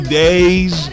days